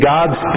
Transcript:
God's